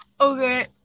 Okay